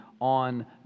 on